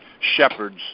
shepherds